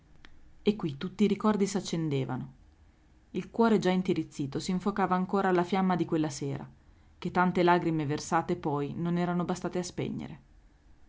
e qui tutti i ricordi s accendevano il cuore già intirizzito s'infocava ancora alla fiamma di quella sera che tante lagrime versate poi non eran bastate a spegnere